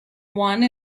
one